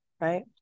right